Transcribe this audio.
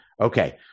okay